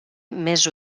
més